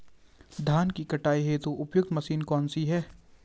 धान की कटाई हेतु उपयुक्त मशीन कौनसी है?